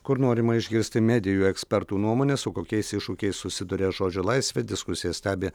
kur norima išgirsti medijų ekspertų nuomonę su kokiais iššūkiais susiduria žodžio laisvė diskusiją stebi